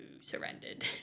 surrendered